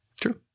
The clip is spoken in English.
True